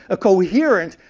a coherent,